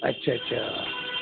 अच्छा अच्छा